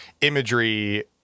imagery